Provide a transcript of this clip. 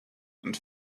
and